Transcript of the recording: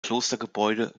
klostergebäude